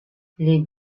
les